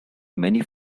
many